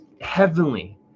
heavenly